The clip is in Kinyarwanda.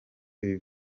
ibi